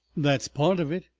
that's part of it.